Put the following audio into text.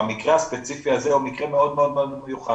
המקרה הספציפי הזה הוא מקרה מאוד מאוד מיוחד.